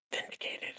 vindicated